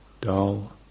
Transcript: dull